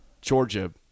Georgia